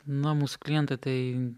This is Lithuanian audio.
na mūsų klientai tai